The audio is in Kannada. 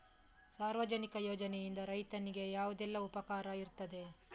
ಸಾರ್ವಜನಿಕ ಯೋಜನೆಯಿಂದ ರೈತನಿಗೆ ಯಾವುದೆಲ್ಲ ಉಪಕಾರ ಇರ್ತದೆ?